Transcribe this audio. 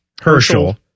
Herschel—